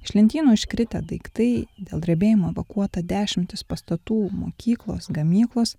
iš lentynų iškritę daiktai dėl drebėjimo evakuota dešimtys pastatų mokyklos gamyklos